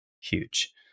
huge